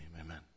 amen